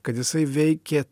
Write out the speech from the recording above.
kad jisai veikė